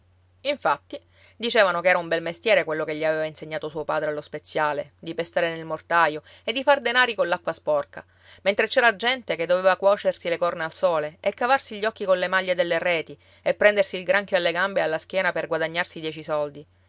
infatti dicevano che era un bel mestiere quello che gli aveva insegnato suo padre allo speziale di pestare nel mortaio e di far denari coll'acqua sporca mentre c'era gente che doveva cuocersi le corna al sole e cavarsi gli occhi colle maglie delle reti e prendersi il granchio alle gambe e alla schiena per guadagnarsi dieci soldi